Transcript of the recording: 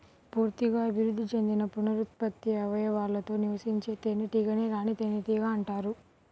పూర్తిగా అభివృద్ధి చెందిన పునరుత్పత్తి అవయవాలతో నివసించే తేనెటీగనే రాణి తేనెటీగ అంటారు